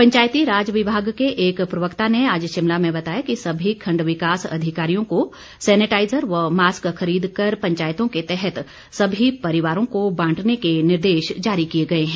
पंचायती राज विभाग के एक प्रवक्ता ने आज शिमला में बताया कि सभी खंड विकास अधिकारियों को सेनिटाइजर व मास्क खरीदकर पंचायतों के तहत सभी परिवारों को बांटने के निर्देश जारी किए गए हैं